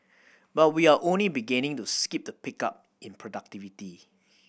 but we are only beginning to skin the pickup in productivity